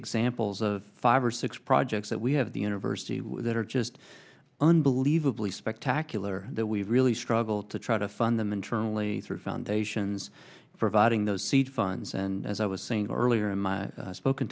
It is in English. examples of five or six projects that we have the university that are just unbelievably spectacular that we've really struggled to try to fund them internally through foundations for voting those seed funds and as i was saying earlier in my spoken